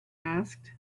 asked